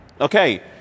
okay